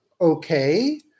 okay